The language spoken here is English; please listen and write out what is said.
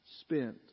spent